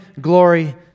glory